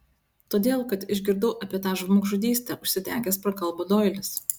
todėl kad išgirdau apie tą žmogžudystę užsidegęs prakalbo doilis